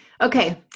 Okay